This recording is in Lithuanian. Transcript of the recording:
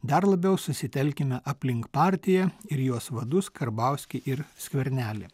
dar labiau susitelkime aplink partiją ir jos vadus karbauskį ir skvernelį